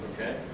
Okay